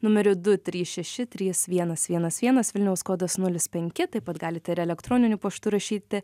numeriu du trys šeši trys vienas vienas vienas vilniaus kodas nulis penki taip pat galite ir elektroniniu paštu rašyti